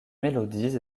mélodies